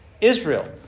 Israel